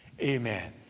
amen